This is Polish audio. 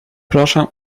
proszę